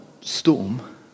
storm